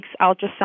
ultrasound